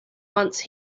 once